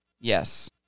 Yes